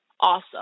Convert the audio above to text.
awesome